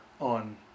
on